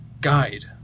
guide